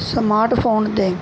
smart phone ਦੇ